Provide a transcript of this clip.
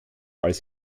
als